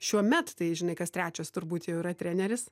šiuo met tai žinai kas trečias turbūt jau yra treneris